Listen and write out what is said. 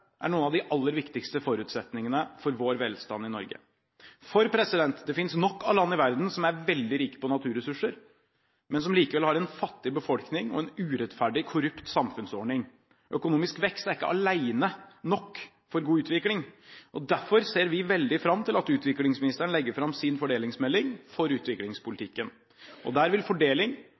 er noen av de aller viktigste forutsetningene for vår velstand i Norge. For det finnes nok av land i verden som er veldig rike på naturressurser, men som likevel har en fattig befolkning og en urettferdig, korrupt samfunnsordning. Økonomisk vekst er ikke alene nok for en god utvikling. Derfor ser vi veldig fram til at utviklingsministeren legger fram sin fordelingsmelding for utviklingspolitikken. Der vil fordeling,